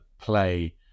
play